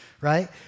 right